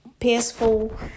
peaceful